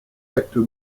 actes